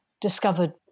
discovered